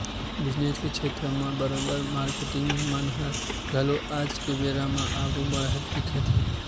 business के छेत्र म बरोबर मारकेटिंग मन ह घलो आज के बेरा म आघु बड़हत दिखत हे